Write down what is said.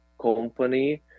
company